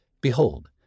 Behold